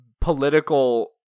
political